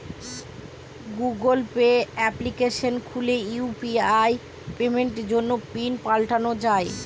Google Pay application খুলে UPI পেমেন্টের জন্য পিন পাল্টানো যাই